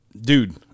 Dude